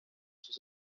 sus